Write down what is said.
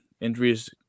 injuries